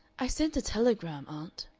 i sent a telegram, aunt,